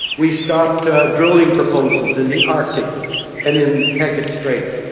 we stopped drilling proposals in the arctic and in hecate strait.